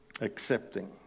accepting